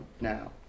now